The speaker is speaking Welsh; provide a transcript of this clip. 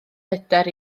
hyder